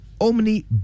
Omni